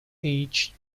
each